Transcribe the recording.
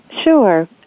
Sure